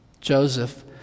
Joseph